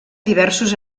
diversos